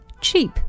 cheap